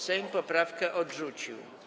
Sejm poprawkę odrzucił.